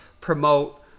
promote